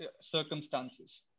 circumstances